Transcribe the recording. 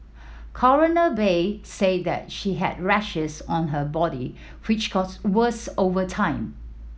Coroner Bay said that she had rashes on her body which got's worse over time